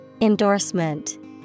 Endorsement